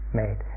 made